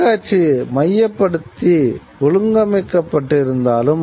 தொலைக்காட்சி மையப்படுத்தி ஒழுங்கமைக்கப்பட்டிருந்தாலும்